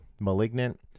Malignant